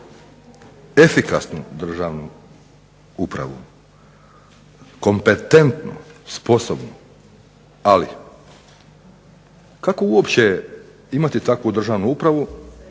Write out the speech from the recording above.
efikasnu državnu upravu, kompetentnu, sposobnu. Ali kako uopće imati takvu državnu upravu